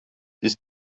ist